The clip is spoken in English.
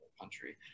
country